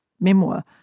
memoir